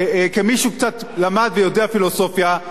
וכמי שקצת למד ויודע פילוסופיה,